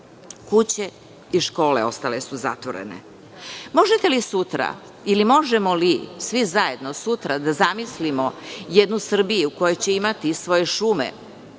Kuće i škole ostale su zatvorene. Možete li sutra ili možemo li svi zajedno sutra da zamislimo jednu Srbiju koja će imati svoje šume,